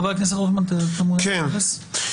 חבר הכנסת רוטמן, אתה מעוניין להתייחס?